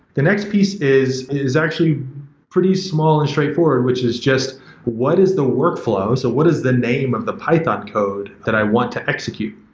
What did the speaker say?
the next piece is is actually pretty small and straightforward, which is just what is the workflow? so what is the name of the python code that i want to execute?